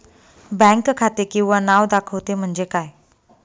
Bank खाते किंवा नाव दाखवते म्हणजे काय?